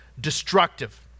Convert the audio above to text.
destructive